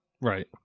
Right